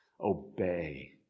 Obey